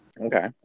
Okay